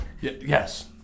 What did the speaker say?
Yes